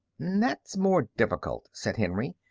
that's more difficult, said henry.